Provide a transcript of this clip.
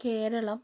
Keralam